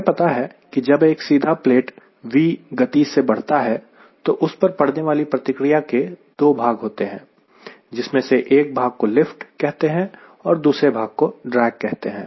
हमें पता है कि जब एक सीधा प्लेट V गति से बढ़ता है तो उस पर पड़ने वाली प्रतिक्रिया के 2 भाग होते हैं जिसमें की एक भाग को लिफ्ट कहते हैं और दूसरे भाग को ड्रेग कहते हैं